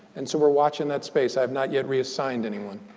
and so, we're watching that space. i've not yet reassigned anyone.